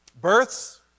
Births